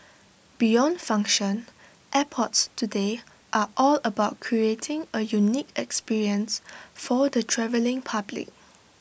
beyond function airports today are all about creating A unique experience for the travelling public